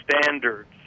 standards